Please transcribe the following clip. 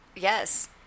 Yes